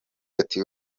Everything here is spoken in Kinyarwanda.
ati